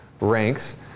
ranks